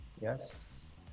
yes